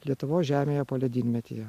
lietuvos žemėje poledynmetyje